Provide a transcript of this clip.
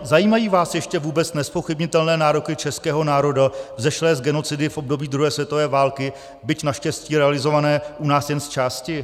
Zajímají vás ještě vůbec nezpochybnitelné nároky českého národa vzešlé z genocidy v období druhé světové války, byť naštěstí realizované u nás jen zčásti?